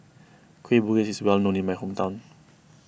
Kueh Bugis is well known in my hometown